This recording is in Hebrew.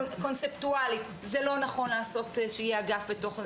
קונספטואלית זה לא נכון לעשות שיהיה אגף מעורב,